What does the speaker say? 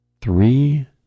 Three